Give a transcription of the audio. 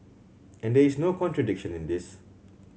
and there is no contradiction in this